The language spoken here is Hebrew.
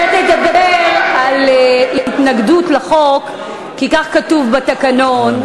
אתה תדבר על התנגדות לחוק, כי כך כתוב בתקנון.